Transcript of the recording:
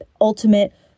ultimate